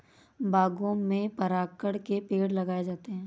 बागों में परागकण के पेड़ लगाए जाते हैं